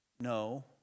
no